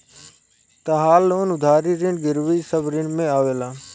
तहार लोन उधारी ऋण गिरवी सब ऋण में आवेला